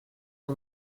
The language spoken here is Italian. del